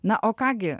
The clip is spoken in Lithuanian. na o ką gi